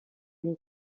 une